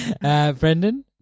Brendan